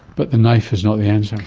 but the knife is not the answer.